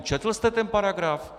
Četl jste ten paragraf?